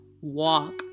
Walk